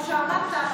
וכמו שאמרת,